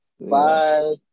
Bye